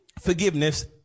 forgiveness